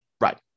Right